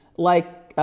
like